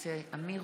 יותר מאוחר.